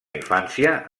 infància